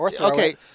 Okay